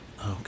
Okay